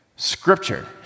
Scripture